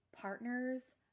partners